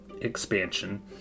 expansion